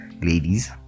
ladies